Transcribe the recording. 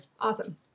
awesome